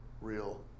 real